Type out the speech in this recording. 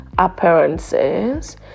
appearances